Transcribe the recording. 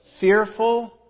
fearful